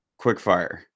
quickfire